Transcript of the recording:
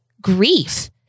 grief